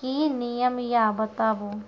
की नियम या बताबू?